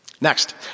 Next